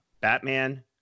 Batman